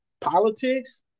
Politics